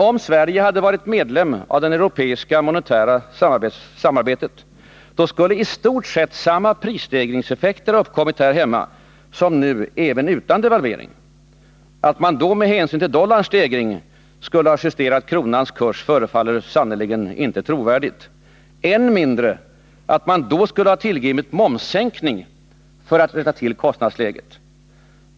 Om Sverige varit medlem av det europeiska monetära samarbetet, skulle i stort sett samma prisstegringseffekter ha uppkommit här hemma som nu även utan devalveringen. Att man då med hänsyn till dollarns stegring skulle ha justerat kronans kurs förefaller sannerligen inte trovärdigt. Än mindre att man då skulle ha tillgripit momssänkning för att rätta till kostnadsläget.